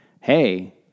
hey